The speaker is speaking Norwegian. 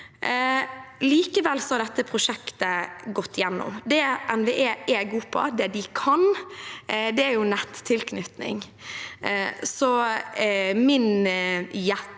Likevel har dette prosjektet gått gjennom. Det NVE er gode på og det de kan, er nettilknytning.